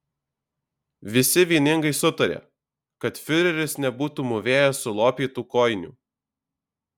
visi vieningai sutarė kad fiureris nebūtų mūvėjęs sulopytų kojinių